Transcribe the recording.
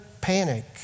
panic